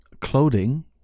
clothing